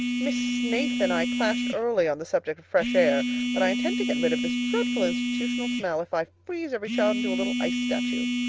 miss snaith and i clashed early on the subject of fresh air but i intend to get rid of this dreadful institution smell, if i freeze every child into a little ice statue.